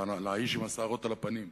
לאיש עם השערות על הפנים.